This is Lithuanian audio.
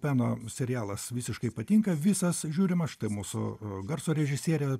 peno serialas visiškai patinka visas žiūrimas štai mūsų garso režisierė